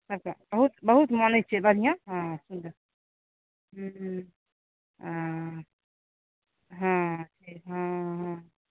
हॅं बहुत बनै छै बढ़िऑं हॅं हॅं हॅं हॅं हॅं हॅं